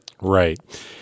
Right